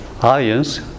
ions